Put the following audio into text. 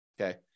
okay